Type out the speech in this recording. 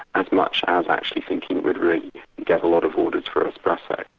as much as actually thinking it would really get a lot of orders for espresso.